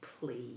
please